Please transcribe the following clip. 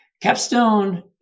Capstone